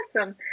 awesome